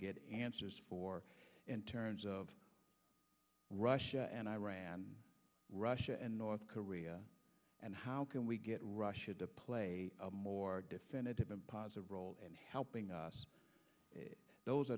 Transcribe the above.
get answers for in terms of russia and iran russia and north korea and how can we get russia to play a more definitive and positive role in helping us those